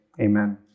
Amen